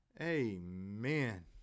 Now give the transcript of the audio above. Amen